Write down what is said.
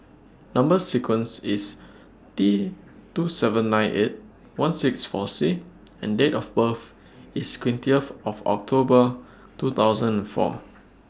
Number sequence IS T two seven nine eight one six four C and Date of birth IS twentieth of October two thousand four